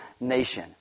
nation